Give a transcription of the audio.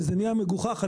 זה נהיה מגוחך.